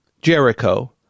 Jericho